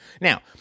Now